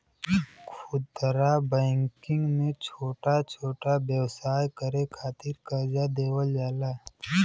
खुदरा बैंकिंग में छोटा छोटा व्यवसाय करे के खातिर करजा देवल जाला